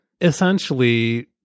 essentially